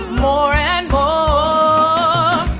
lauren oh